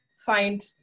find